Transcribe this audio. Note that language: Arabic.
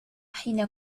حين